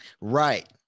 right